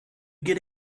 get